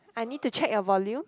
I need to check a volume